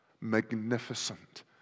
magnificent